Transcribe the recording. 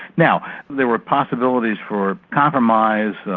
now there were possibilities for compromise,